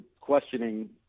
questioning